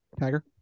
Tiger